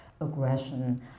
aggression